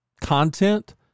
content